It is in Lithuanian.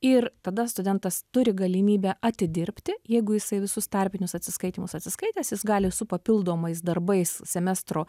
ir tada studentas turi galimybę atidirbti jeigu jisai visus tarpinius atsiskaitymus atsiskaitęs jis gali su papildomais darbais semestro